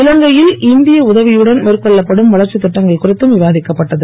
இலங்கையில் இந்திய உதவியுடன் மேற்கொள்ளப்படும் வளர்ச்சித் திட்டங்கள் குறித்தும் விவாதிக்கப்பட்டது